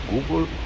Google